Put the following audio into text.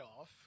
off